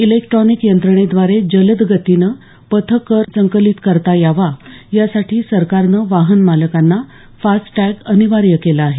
electronic यंत्रणेद्वारे जलद गतीनं पथ कर संकलित करता यावा यासाठी सरकारनं वाहन मालकांना फास्टॅग अनिवार्य केला आहे